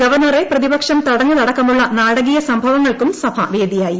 ഗവർണറെ പ്രതിപക്ഷം തടഞ്ഞതടക്ക്മുള്ള് നാടകീയ സംഭവങ്ങൾക്കും സഭ വേദിയായി